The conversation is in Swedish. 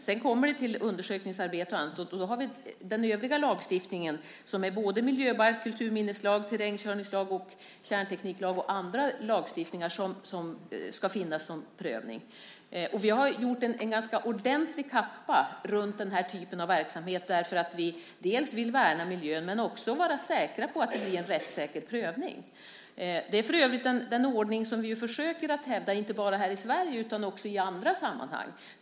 Sedan kommer det till undersökningsarbete och annat, och då har vi den övriga lagstiftningen som är miljöbalk, kulturminneslag, terrängkörningslag, kärntekniklag och annan lagstiftning som gäller för prövning. Vi har gjort en ganska ordentlig kappa runt den här typen av verksamhet därför att vi vill värna miljön och också vara säkra på att det blir en rättssäker prövning. Det är för övrigt den ordning som vi försöker hävda inte bara här i Sverige utan också i andra sammanhang.